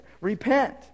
repent